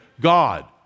God